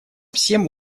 всем